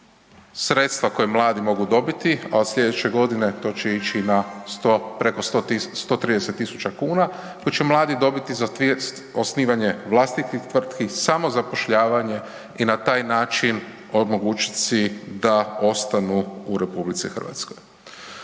sredstva koja mladi mogu dobiti, a od slijedeće godine to će ići na 100, preko 130.000 kuna, tu će mladi dobiti za osnivanje vlastitih tvrtki, samozapošljavanje i na taj način omogućiti si da ostanu u RH. Pored navedenog